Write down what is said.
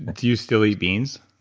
do you still eat beans?